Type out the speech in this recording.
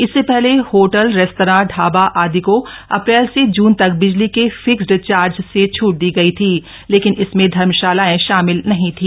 इससे पहले hotel restaurant ाबा आदि को अप्रैल से जून तक बिजली के फिक्सड चार्ज से छूट दी गई थी लेकिन इसमें धर्मशालाएं शामिल नहीं थी